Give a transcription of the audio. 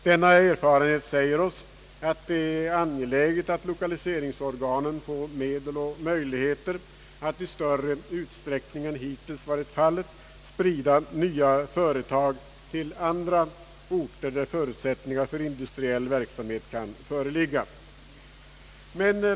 Denna erfarenhet säger oss att det är angeläget att lokaliseringsorganen får medel och möjligheter att i större utsträckning än hittills sprida nya företag till andra orter, där förutsättningar för industriell verksamhet kan föreligga.